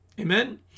Amen